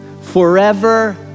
forever